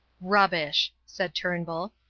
rubbish! said turnbull.